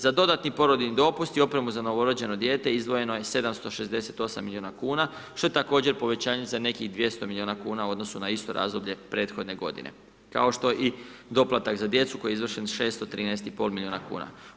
Za dodatni porodiljni dopust i opremu za novorođeno dijete izdvojeno je 768 milijuna kuna što je također povećanje za nekih 200 milijuna kuna u odnosu na isto razdoblje prethodne godine kao što je i doplatak za djecu koji je izvršen 613,5 milijuna kuna.